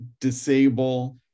disable